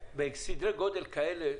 בסדרי גודל כאלה,